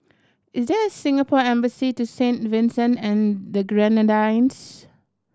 is there a Singapore Embassy to Saint Vincent and the Grenadines